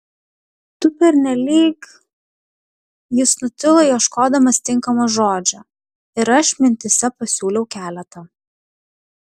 tu pernelyg jis nutilo ieškodamas tinkamo žodžio ir aš mintyse pasiūliau keletą